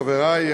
חברי,